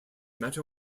matter